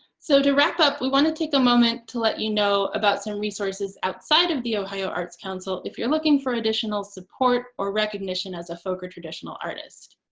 so, to wrap up we want to take a moment to let you know about some resources outside of the ohio arts council. if you're looking for additional support or recognition as a folk or traditional artist,